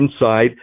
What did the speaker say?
inside